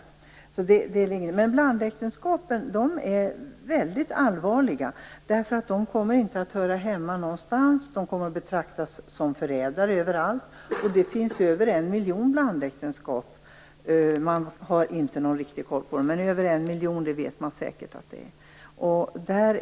Frågan om blandäktenskapen är väldigt allvarlig, eftersom de som ingår blandäktenskap inte kommer att höra hemma någonstans utan betraktas som förrädare överallt. Man vet inte exakt hur många blandäktenskap det finns, men över en miljon är det säkert.